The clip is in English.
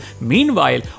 Meanwhile